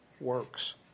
works